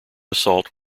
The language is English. assault